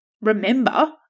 remember